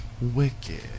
wicked